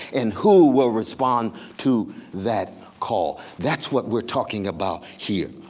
and who will respond to that call? that's what we're talking about here.